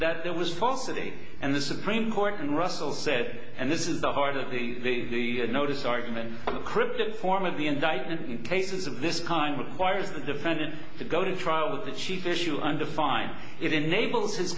that there was talk today and the supreme court and russell said and this is the heart of the notice argument cryptic form of the indictment in cases of this kind with wires the defendant to go to trial the chief issue undefined it enables his